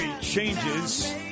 changes